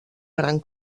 gran